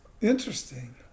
Interesting